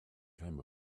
came